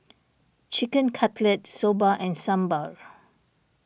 Chicken Cutlet Soba and Sambar